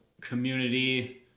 community